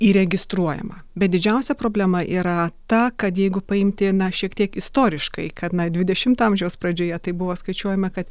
įregistruojama bet didžiausia problema yra ta kad jeigu paimti na šiek tiek istoriškai kad na dvidešimto amžiaus pradžioje tai buvo skaičiuojama kad